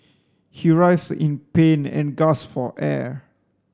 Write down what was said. he writhed in pain and gasped for air